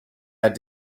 had